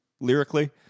lyrically